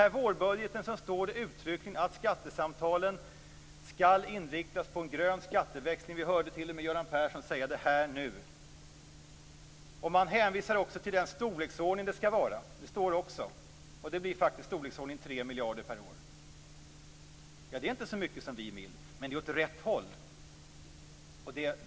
I vårbudgeten står det uttryckligen att skattesamtalen skall inriktas på en grön skatteväxling. Vi har t.o.m. hört Göran Persson säga det här och nu. I budgeten hänvisar man också till storleksordningen 3 miljarder kronor per år. Det är inte så mycket som vi vill, men det är åt rätt håll.